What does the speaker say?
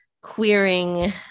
queering